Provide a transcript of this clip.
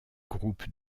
groupes